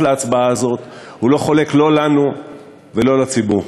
להצבעה הזאת הוא לא חולק לא לנו ולא לציבור.